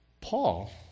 Paul